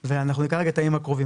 ואנחנו ניקח רגע את הימים הקרובים,